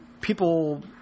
people